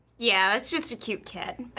yeah, that's just a cute kid.